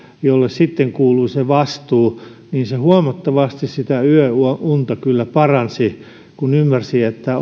jolle kuului se vastuu ja se huomattavasti sitä yöunta kyllä paransi kun ymmärsi että